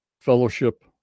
fellowship